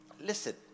listen